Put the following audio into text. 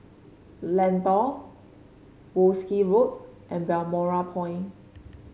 Lentor Wolskel Road and Balmoral Point